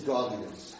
Godliness